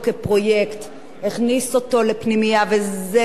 וזו דוגמה ומופת לפנימיות לנוער בסיכון,